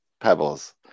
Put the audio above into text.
pebbles